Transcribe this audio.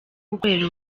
gukorera